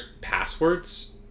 passwords